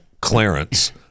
Clarence